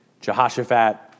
Jehoshaphat